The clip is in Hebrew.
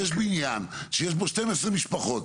הרציונל שלי שיש בניין שיש בו 12 משפחות,